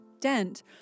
Dent